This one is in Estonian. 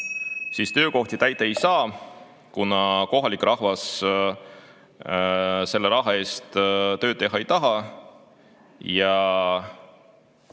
töökohti täita ei saa, kuna kohalik rahvas selle raha eest tööd teha ei taha.